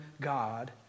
God